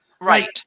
Right